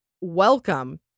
welcome